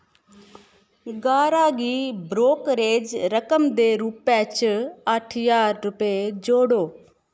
गारा गी ब्रोकरेज रकम दे रूपै च अट्ठ ज्हार रपे जोड़ो